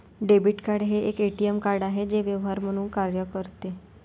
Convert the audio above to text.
debit card हे एक ATM card आहे जे व्यवहार म्हणून कार्य करते